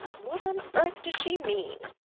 what on earth does she mean?